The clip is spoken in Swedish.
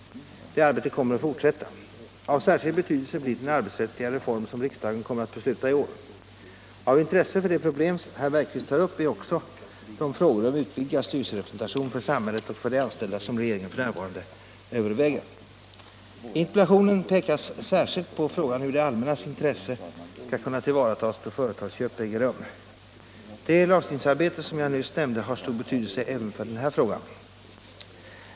Arbetet härpå kommer att fortsätta. Av särskild betydelse blir den arbetsrättsliga reform som riksdagen kommer att besluta i år. Av intresse för de problem herr Bergqvist tar upp är också de frågor om utvidgad styrelserepresentation för samhället och för de anställda som regeringen f.n. överväger. I interpellationen pekas särskilt på frågan hur det allmännas intresse skall kunna tillvaratas då företagsköp äger rum. Det lagstiftningsarbete som jag nyss nämnde har stor betydelse även för den frågan.